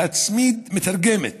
להצמיד מתרגמת